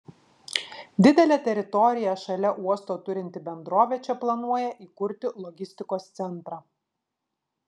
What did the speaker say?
didelę teritoriją šalia uosto turinti bendrovė čia planuoja įkurti logistikos centrą